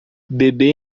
bebê